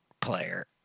player